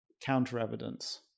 counter-evidence